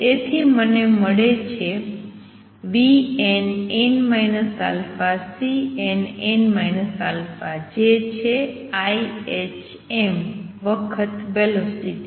જેથી મને મળે છે vnn αCnn α જે છે ihm વખત વેલોસિટી